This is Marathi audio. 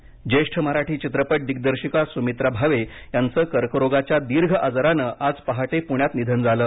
भावे ज्येष्ठ मराठी चित्रपट दिग्दर्शिका सुमित्रा भावे यांचं कर्करोगाच्या दीर्घ आजारानं आज पहाटे पुण्यात निधन झालं